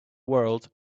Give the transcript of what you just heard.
world